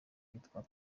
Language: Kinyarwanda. witwa